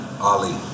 Ali